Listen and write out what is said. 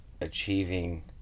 achieving